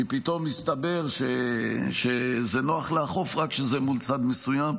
כי פתאום הסתבר שזה נוח לאכוף רק כשזה מול צד מסוים.